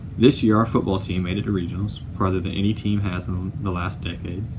this year our football team made to regionals, farther than any team has in um the last decade.